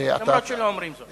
אף-על-פי שלא אומרים זאת.